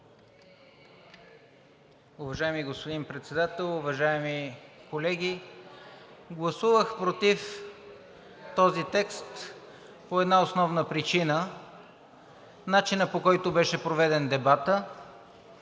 Уважаеми господин Председател, уважаеми колеги, гласувах против този текст по една основна причина – начинът, по който беше проведен дебатът,